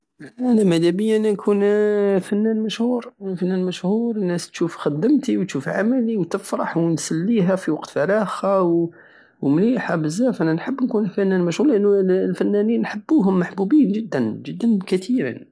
انا مدابية انا نكون فنان مشهور الناس تشوف خدمتي وتشوف عملي ونسليهى في وقت فراغها ومليحة بزاف انا نحب نكون فنان مشهور لانو الفنانين نحبوهم محبوبين جدا جدا كتيرا